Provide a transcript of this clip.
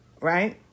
right